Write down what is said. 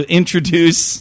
introduce